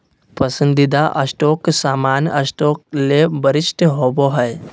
पसंदीदा स्टॉक सामान्य स्टॉक ले वरिष्ठ होबो हइ